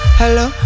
hello